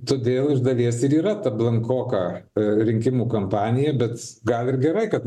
todėl iš dalies ir yra ta blankoka rinkimų kampanija bet gal ir gerai kad